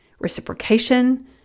reciprocation